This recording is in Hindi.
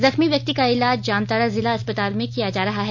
जख्मी व्यक्ति का इलाज जामताड़ा जिला अस्पताल में किया जा रहा है